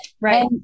Right